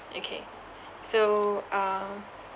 okay so uh